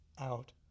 out